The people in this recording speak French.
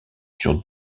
sur